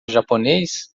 japonês